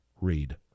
read